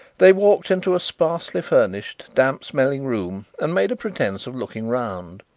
they walked into a sparsely furnished, damp-smelling room and made a pretence of looking round,